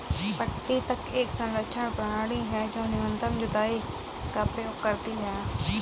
पट्टी तक एक संरक्षण प्रणाली है जो न्यूनतम जुताई का उपयोग करती है